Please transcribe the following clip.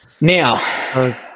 Now